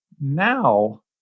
now